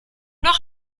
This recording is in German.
noch